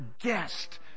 guest